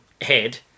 head